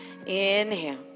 Inhale